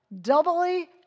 doubly